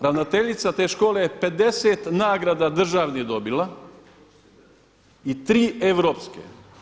Ravnateljica te škole je 50 nagrada državnih dobila i tri europske.